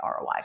ROI